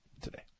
today